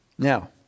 Now